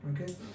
Okay